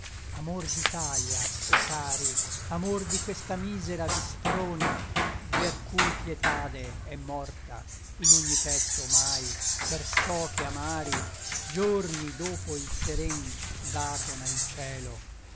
amor d'italia o cari amor di questa misera vi sproni ver cui pietade è morta in ogni petto omai perciò che amari giorni dopo il seren dato n'ha il cielo